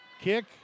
kick